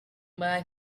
but